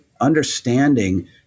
understanding